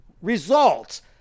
results